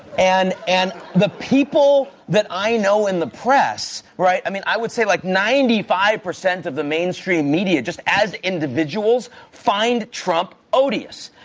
and and the people that i know in the press, right i mean, i would say like ninety five percent of the mainstream media just as individuals find trump odious.